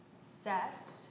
set